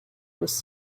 was